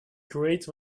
grate